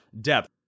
depth